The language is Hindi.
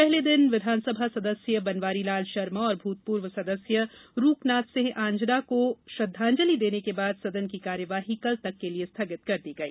पहले दिन विधानसभा सदस्य बनवारीलाल शर्मा और भूतपूर्व सदस्य रूगनाथ सिंह आंजना को श्रद्वांजलि देने के बाद सदन की कार्यवाही कल तक के लिए स्थगित कर दी गई